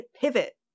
pivot